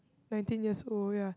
nineteen years old ya